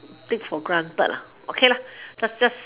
take for granted ah okay just just